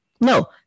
No